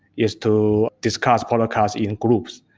is to discuss podcasts in groups.